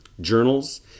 journals